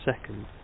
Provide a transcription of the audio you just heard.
second